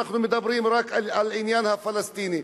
מדברים רק על העניין הפלסטיני,